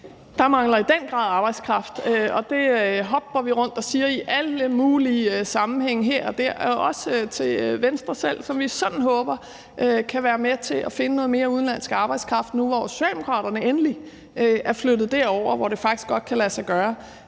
Der mangler i den grad arbejdskraft, og det hopper vi rundt og siger i alle mulige sammenhænge her og der, også til Venstre, som vi sådan håber kan være med til at finde noget mere udenlandsk arbejdskraft nu, hvor Socialdemokraterne endelig er rykket derhen, hvor det faktisk godt kan lade sig gøre